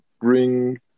bring